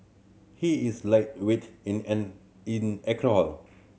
he is lightweight in an in alcohol